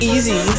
Easy